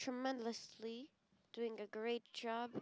tremendously doing a great job